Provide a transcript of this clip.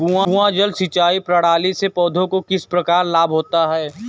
कुआँ जल सिंचाई प्रणाली से पौधों को किस प्रकार लाभ होता है?